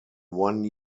one